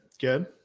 good